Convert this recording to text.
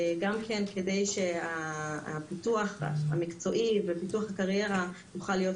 גם כן כדי שהפיתוח המקצועי ופיתוח הקריירה יוכל להיות